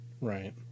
right